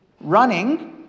Running